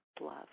love